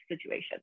situation